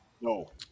No